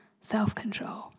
self-control